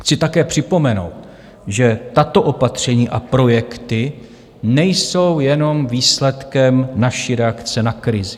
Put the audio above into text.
Chci také připomenout, že tato opatření a projekty nejsou jenom výsledkem naší reakce na krizi.